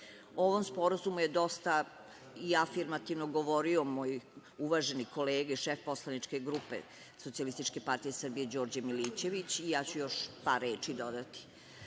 ovom sporazumu je dosta i afirmativno govorio moj uvaženi kolega, šef poslaničke grupe SPS, Đorđe Milićević i ja ću još par reči dodati.